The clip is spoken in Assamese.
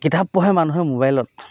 কিতাপ পঢ়ে মানুহে মোবাইলত